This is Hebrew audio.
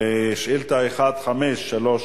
שאילתא 1533,